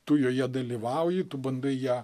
tu joje dalyvauji tu bandai ją